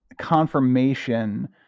confirmation